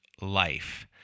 life